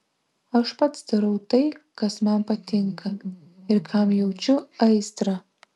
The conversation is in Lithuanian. aš pats darau tai kas man patinka ir kam jaučiu aistrą